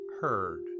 heard